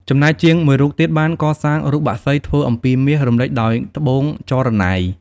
ចំណែកជាងមួយរូបទៀត បានសាងរូបបក្សីធ្វើអំពីមាស រំលេចដោយត្បូងចរណៃ។